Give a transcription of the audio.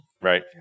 Right